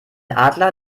adler